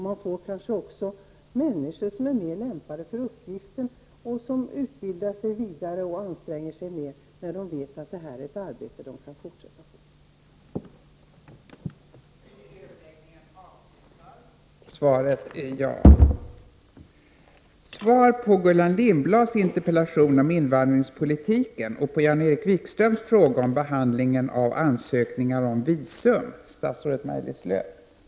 Man får kanske också människor som är mer lämpade för uppgiften och som utbildar sig vidare och anstränger sig mer, när de vet att detta är ett arbete som de kan fortsätta med.